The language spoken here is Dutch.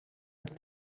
het